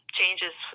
changes